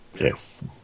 Yes